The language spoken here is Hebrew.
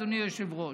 אדוני היושב-ראש.